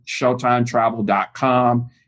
ShowtimeTravel.com